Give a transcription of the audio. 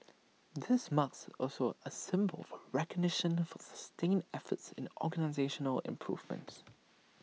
this marks also A symbol of recognition for sustained efforts in the organisational improvement